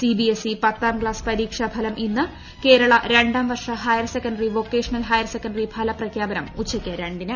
CBSE പത്താം class പരീക്ഷാ ഫലം ഇന്ന് കേരള രണ്ടാം വർഷ ഹയർസെക്കണ്ടറി വൊക്കേഷണൽ ഹയർ സെക്കണ്ടറി ഫലപ്രഖ്യാപനം ഉച്ചയ്ക്ക് രണ്ടിന്